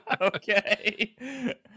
Okay